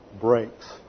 breaks